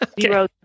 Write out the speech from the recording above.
Zero